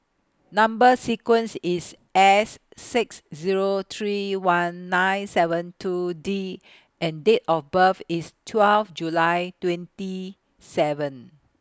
Number sequence IS S six Zero three one nine seven two D and Date of birth IS twelve July twenty seven